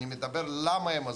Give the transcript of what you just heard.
אני מדבר על למה הם עזבו.